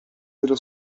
dello